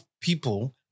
people